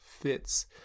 fits